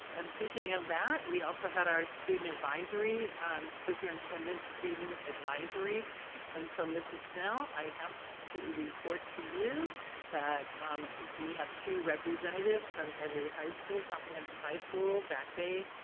and speaking of that, we also had our student advisory, um superintendent student advisory and so mrs. i have to report to you that um we have two representatives from every high school, comprehensive high school, back bay,